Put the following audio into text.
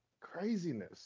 craziness